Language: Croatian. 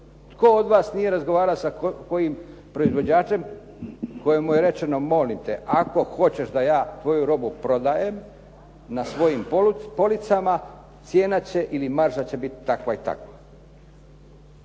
Tko od vas nije razgovarao sa kojim proizvođačem kojemu je rečeno molim te, ako hoćeš da je tvoju robu prodajem na svojim policama, cijena će ili marža će bit takva i takva?